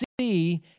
see